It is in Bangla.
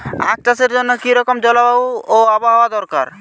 আখ চাষের জন্য কি রকম জলবায়ু ও আবহাওয়া দরকার?